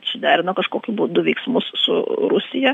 suderino kažkokiu būdu veiksmus su rusija